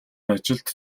ажилд